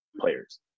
players